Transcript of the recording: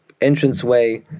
entranceway